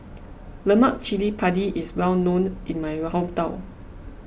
Lemak Cili Padi is well known in my hometown